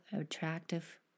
attractive